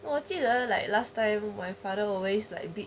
我记得 like last time my father always like